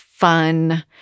fun